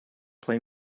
play